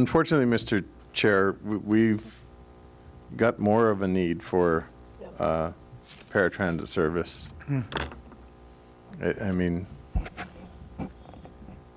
unfortunately mr chair we've got more of a need for paratransit service i mean